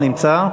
נמצא?